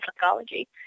psychology